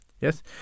Yes